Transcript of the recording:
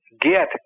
get